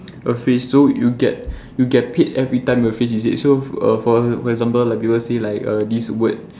a phrase so you get you get paid every time a phrase is said so err for for example like people say like err this word